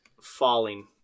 falling